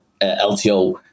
LTO